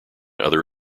other